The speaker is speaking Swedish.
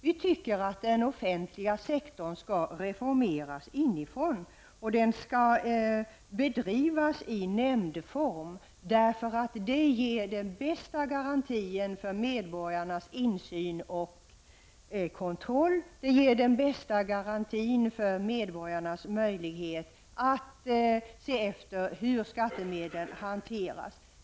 Vi tycker att den offentliga sektorn skall reformeras inifrån och att den skall bedrivas i nämndform. Det ger den bästa garantin för medborgarnas insyn och kontroll. Det ger den bästa garantin för medborgarnas möjlighet att se efter hur skattemedlen hanteras.